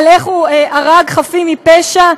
על איך הוא הרג חפים מפשע?